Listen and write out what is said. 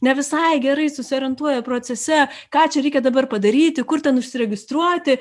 ne visai gerai susiorientuoja procese ką čia reikia dabar padaryti kur ten užsiregistruoti